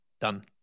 done